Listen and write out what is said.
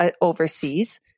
overseas